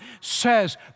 says